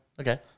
Okay